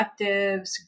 collectives